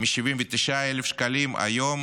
מ-79,000 שקל היום